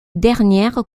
dernière